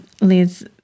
Liz